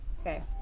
Okay